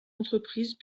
entreprises